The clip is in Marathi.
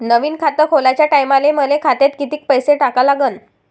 नवीन खात खोलाच्या टायमाले मले खात्यात कितीक पैसे टाका लागन?